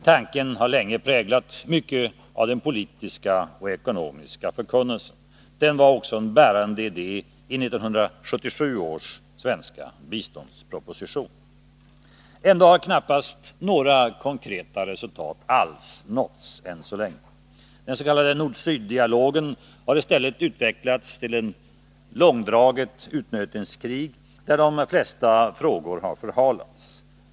Tanken har länge präglat mycket av den politiska och ekonomiska förkunnelsen. Den var också en bärande idé i 1977 års svenska biståndsproposition. Ändå har knappast några konkreta resultat alls nåtts än så länge. Den s.k. nord-syd-dialogen har i stället utvecklats till ett långdraget utnötningskrig, där de flesta frågor har förhalats.